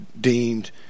deemed